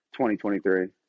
2023